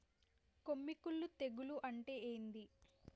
కొమ్మి కుల్లు తెగులు అంటే ఏంది?